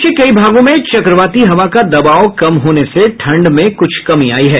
प्रदेश के कई भागों में चक्रवाती हवा का दवाब कम होने से ठंड में कुछ कमी आई है